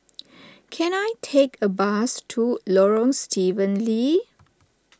can I take a bus to Lorong Stephen Lee